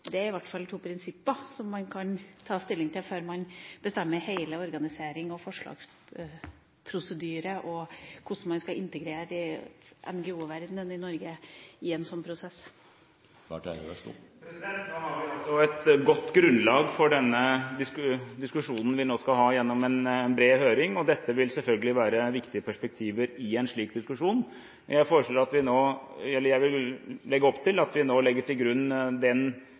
Det er i hvert fall to prinsipper som man kan ta stilling til, før man bestemmer hele organiseringa og forslagsprosedyren og hvordan man skal integrere NGO-verdenen i Norge i en slik prosess. Gjennom en bred høring har vi et godt grunnlag for den diskusjonen vi nå skal ha. Dette vil selvfølgelig være viktige perspektiver i en slik diskusjon. Jeg vil legge opp til at vi nå legger til grunn den